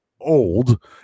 old